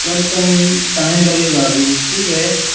lump sum time लगेगा अभी ठीक है